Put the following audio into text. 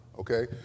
okay